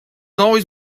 always